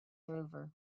over